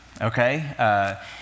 okay